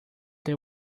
they